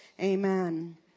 Amen